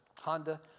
Honda